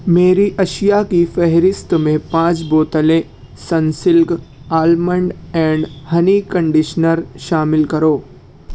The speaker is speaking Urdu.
میری اشیا کی فہرست میں پانچ بوتلیں Sunsilk almond and honey conditioner شامل کرو